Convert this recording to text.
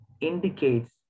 indicates